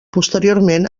posteriorment